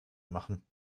machen